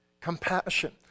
Compassion